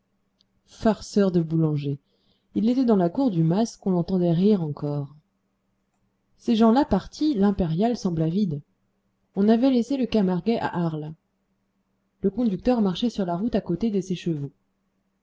farceur de boulanger il était dans la cour du mas qu'on l'entendait rire encore ces gens-là partis l'impériale sembla vide on avait laissé le camarguais à arles le conducteur marchait sur la route à côté de ses chevaux